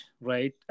right